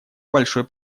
большой